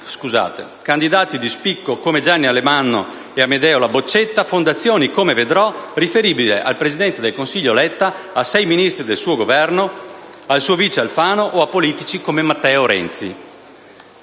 candidati di spicco come Gianni Alemanno e Amedeo Laboccetta, fondazioni come "VeDrò", riferibile al presidente del Consiglio Letta, a sei Ministri del suo Governo, al suo vice, Alfano, o a politici come Matteo Renzi...